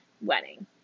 wedding